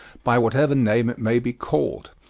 by whatever name it may be called.